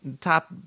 top